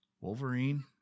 Wolverine